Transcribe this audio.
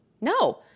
no